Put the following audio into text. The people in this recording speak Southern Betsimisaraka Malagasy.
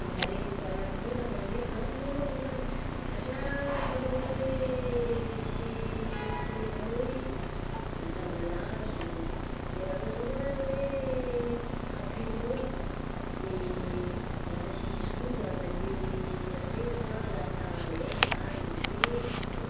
Maharegny marary my raha maniry raha aminay manokana satria io raha ohatra hoe sy sy lemanao izy, de lasa malazo, de raha ohatra koa raha hoe kapainao de lasa sisy koa izy raha maniry akeny fa lasa maigna tany, de zay.